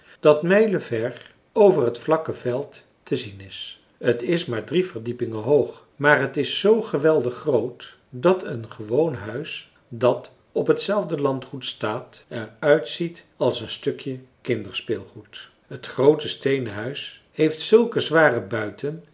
dat mijlen ver over het vlakke veld te zien is t is maar drie verdiepingen hoog maar t is zoo geweldig groot dat een gewoon huis dat op hetzelfde landgoed staat er uitziet als een stukje kinderspeelgoed het groote steenen huis heeft zulke zware buiten